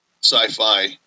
sci-fi